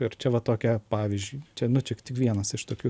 ir čia va tokia pavyzdžiui čia nu tik vienas iš tokių